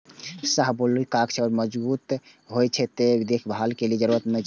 शाहबलूत गाछ मजगूत होइ छै, तें बेसी देखभाल के जरूरत नै छै